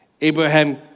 Abraham